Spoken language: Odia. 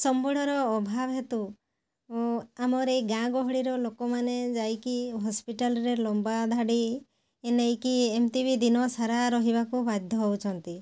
ସମ୍ବଳର ଅଭାବ ହେତୁ ଆମର ଏ ଗାଁଗହଳିର ଲୋକମାନେ ଯାଇକି ହସ୍ପିଟାଲରେ ଲମ୍ବା ଧାଡ଼ି ନେଇକି ଏମିତି ବି ଦିନସାରା ରହିବାକୁ ବାଧ୍ୟ ହେଉଛନ୍ତି